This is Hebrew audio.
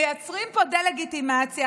מייצרים פה דה-לגיטימציה,